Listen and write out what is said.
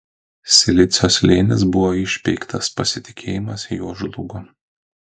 silicio slėnis buvo išpeiktas pasitikėjimas juo žlugo